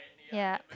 yup